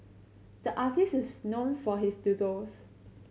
the artist is known for his doodles